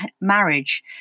marriage